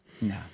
No